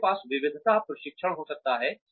हमारे पास विविधता प्रशिक्षण हो सकता है